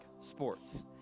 sports